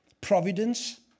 Providence